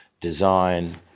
design